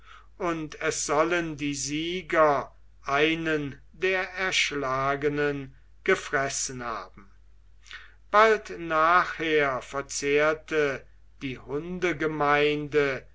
und es sollen die sieger einen der erschlagenen gefressen haben bald nachher verzehrte die